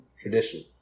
tradition